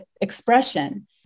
expression